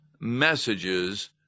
messages